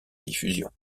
diffusion